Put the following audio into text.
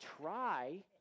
try